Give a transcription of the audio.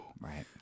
right